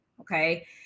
okay